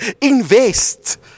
Invest